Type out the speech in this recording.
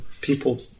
people